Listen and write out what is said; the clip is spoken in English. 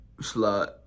slot